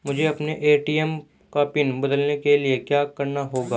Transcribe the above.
मुझे अपने ए.टी.एम का पिन बदलने के लिए क्या करना होगा?